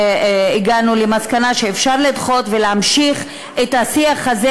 הגענו למסקנה שאפשר לדחות ולהמשיך את השיח הזה,